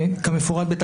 אגב,